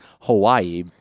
Hawaii